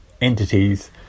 entities